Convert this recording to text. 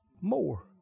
more